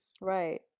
Right